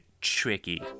tricky